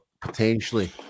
potentially